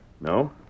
No